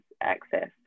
access